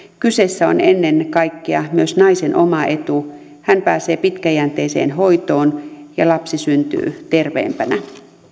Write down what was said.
kyseessä on ennen kaikkea myös naisen oma etu hän pääsee pitkäjänteiseen hoitoon ja lapsi syntyy terveempänä